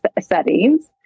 settings